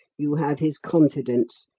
you have his confidence,